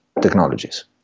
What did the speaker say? technologies